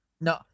No